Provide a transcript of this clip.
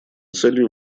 целью